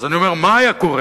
אז אני אומר, מה היה קורה